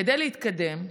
כדי להתקדם,